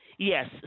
Yes